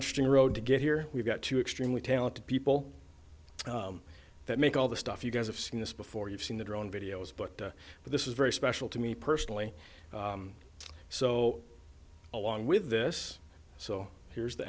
interesting road to get here we've got two extremely talented people that make all the stuff you guys have seen this before you've seen the drone videos but this is very special to me personally so along with this so here's the